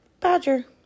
Badger